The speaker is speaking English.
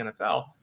NFL